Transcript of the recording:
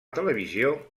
televisió